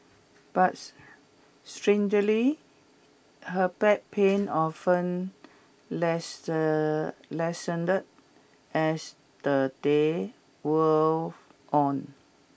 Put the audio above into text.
but her back pain often lessened as the day wore on